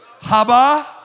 Haba